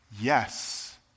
yes